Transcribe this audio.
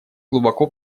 глубоко